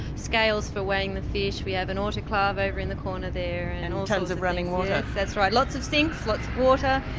scales for weighing the fish, we have an autoclave over in the corner there. and tonnes of running water. yes, that's right, lots of sinks, lots of water,